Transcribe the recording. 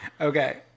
Okay